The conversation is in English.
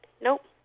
Nope